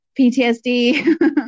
PTSD